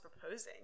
proposing